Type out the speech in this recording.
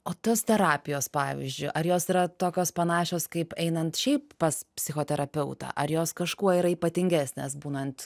o tos terapijos pavyzdžiui ar jos yra tokios panašios kaip einant šiaip pas psichoterapeutą ar jos kažkuo yra ypatingesnės būnant